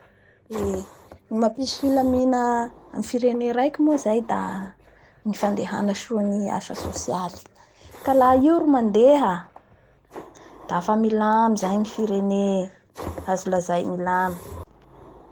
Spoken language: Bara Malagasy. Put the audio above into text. Eee, ny mampisy filamina ny firene raiky moa zay da ny fandehansoa ny asa sosialy, ka laha io ny amandeha dafa milamy zay ny firene, azo lazay milamy.